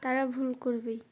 তারা ভুল করবেই